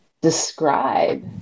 describe